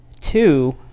Two